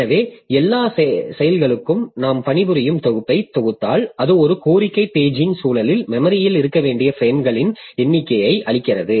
எனவே எல்லா செயல்களுக்கும் நாம் பணிபுரியும் தொகுப்பைத் தொகுத்தால் அது ஒரு கோரிக்கை பேஜிங் சூழலில் மெமரியில் இருக்க வேண்டிய பிரேம்களின் எண்ணிக்கையை அளிக்கிறது